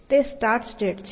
તે start state છે